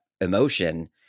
emotion